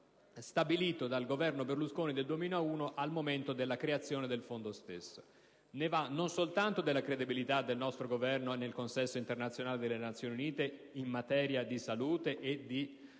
stabilito dal Governo Berlusconi nel 2001 al momento della creazione del fondo stesso. Ne va non soltanto della credibilità del nostro Governo nel consesso internazionale delle Nazioni Unite in materia di salute e di